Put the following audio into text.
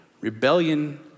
rebellion